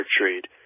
trade